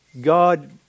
God